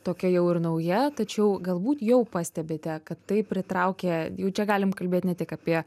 tokia jau ir nauja tačiau galbūt jau pastebite kad tai pritraukė jau čia galim kalbėt ne tik apie